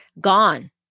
gone